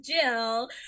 Jill